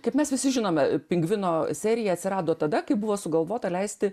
kaip mes visi žinome pingvino serija atsirado tada kai buvo sugalvota leisti